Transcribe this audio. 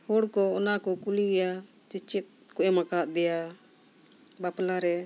ᱦᱚᱲ ᱠᱚ ᱚᱱᱟ ᱠᱚ ᱠᱩᱞᱤᱭᱟ ᱥᱮ ᱪᱮᱫ ᱠᱚ ᱮᱢᱟᱠᱟᱫᱮᱭᱟ ᱵᱟᱯᱞᱟ ᱨᱮ